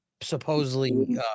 supposedly